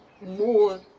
more